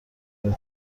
برای